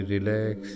Relax